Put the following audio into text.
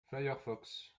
firefox